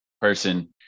person